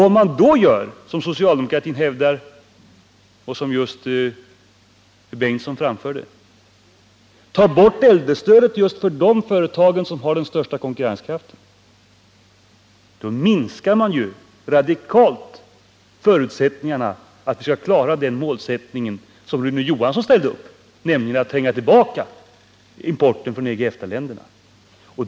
Om man gör som socialdemokratin vill — Ingemund Bengtsson var inne på den saken — och tar bort äldrestödet för de företag som har den största konkurrenskraften, minskar man ju radikalt förutsättningarna att klara den målsättning som Rune Johansson ställde upp, nämligen att tränga tillbaka importen från EG/EFTA-länderna.